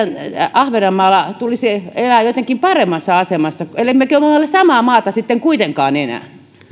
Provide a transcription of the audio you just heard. ahvenanmaalla tulisi elää jotenkin paremmassa asemassa emmekö me ole samaa maata sitten kuitenkaan enää